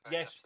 Yes